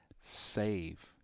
save